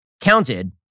counted